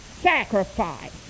sacrifice